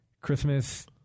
Christmas